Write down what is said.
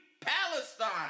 Palestine